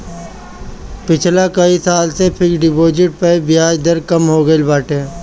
पिछला कई साल से फिक्स डिपाजिट पअ बियाज दर कम हो गईल बाटे